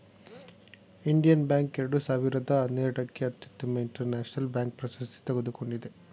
Indian bank ಎರಡು ಸಾವಿರದ ಹನ್ನೆರಡಕ್ಕೆ ಅತ್ಯುತ್ತಮ ಇಂಟರ್ನ್ಯಾಷನಲ್ ಬ್ಯಾಂಕ್ ಪ್ರಶಸ್ತಿ ತಗೊಂಡಿದೆ